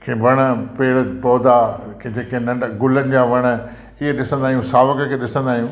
कंहिंखे वण पेड़ पौधा जेके नंढा गुलनि जा वण ई ॾिसंदा आहियूं सावक खे ॾिसंदा आहियूं